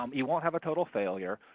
um you won't have a total failure.